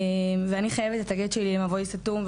ואני חייבת את הגט שלי למבוי סתום,